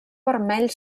vermell